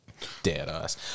Deadass